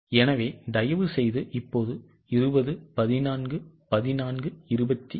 எனவே தயவுசெய்து இப்போது 20 14 14 22